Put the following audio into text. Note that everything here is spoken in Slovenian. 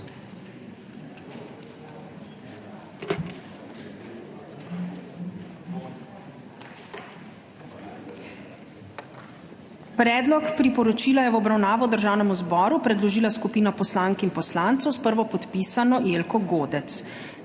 Predlog priporočila je v obravnavo Državnemu zboru predložila skupina poslank in poslancev s prvopodpisano Jelko Godec.